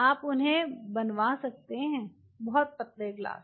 आप उन्हें बनवा सकते हैं बहुत पतले ग्लास